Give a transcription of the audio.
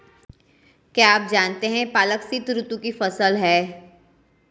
क्या आप जानते है पालक शीतऋतु की फसल है?